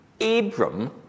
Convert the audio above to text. Abram